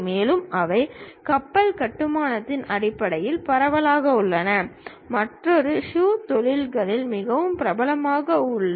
மேலும் அவை கப்பல் கட்டுமானத்தின் அடிப்படையில் பரவலாக உள்ளன மற்றொன்று ஷூ தொழில்களும் மிகவும் பிரபலமாக உள்ளன